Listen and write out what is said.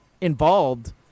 involved